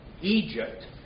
Egypt